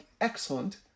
excellent